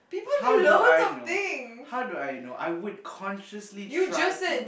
how do I know how do I know I would consciously try to